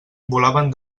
volaven